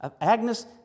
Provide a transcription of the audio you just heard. Agnes